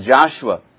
Joshua